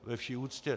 Ve vší úctě.